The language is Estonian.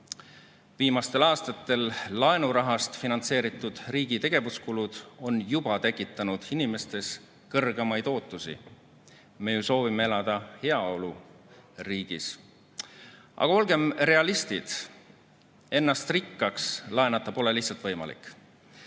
Viimastel aastatel laenurahast finantseeritud riigi tegevuskulud on juba tekitanud inimestes kõrgemaid ootusi. Me ju soovime elada heaoluriigis. Aga olgem realistid, ennast rikkaks laenata pole lihtsalt võimalik.